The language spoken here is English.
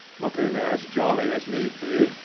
looking as jolly as need be,